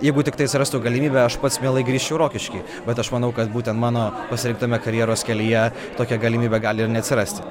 jeigu tiktai atsirastų galimybė aš pats mielai grįžčiau į rokiškį bet aš manau kad būtent mano pasirinktame karjeros kelyje tokia galimybė gali ir neatsirasti